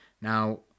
Now